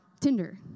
Tinder